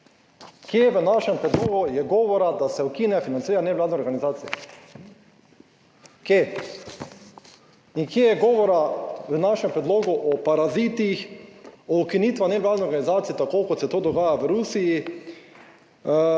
Kje v našem predlogu je govora, da se ukine financiranje nevladne organizacije? Kje? Kje je govora v našem predlogu o parazitih? O ukinitvah nevladne organizacije, tako kot se to dogaja v Rusiji,